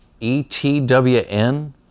ETWN